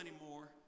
anymore